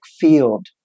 field